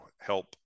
help